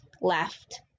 left